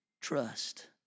trust